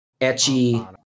etchy